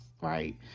right